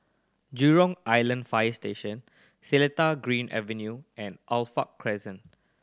Jurong Island Fire Station Seletar Green Avenue and Alkaff Crescent